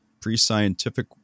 pre-scientific